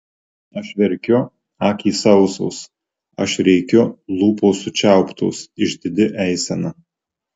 aš verkiu akys sausos aš rėkiu lūpos sučiauptos išdidi eisena